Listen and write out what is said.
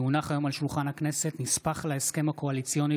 כי הונח היום על שולחן הכנסת נספח להסכם הקואליציוני